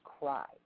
cry